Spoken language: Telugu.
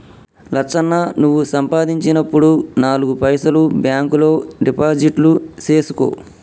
లచ్చన్న నువ్వు సంపాదించినప్పుడు నాలుగు పైసలు బాంక్ లో డిపాజిట్లు సేసుకో